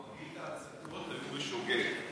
מרבית ההצתות היו בשוגג.